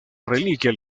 reliquia